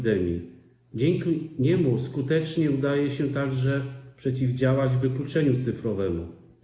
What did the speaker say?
Dzięki niemu skutecznie udaje się także przeciwdziałać wykluczeniu cyfrowemu.